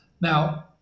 Now